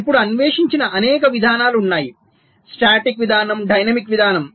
ఇప్పుడు అన్వేషించిన అనేక విధానాలు ఉన్నాయి స్టాటిక్ విధానం డైనమిక్ విధానం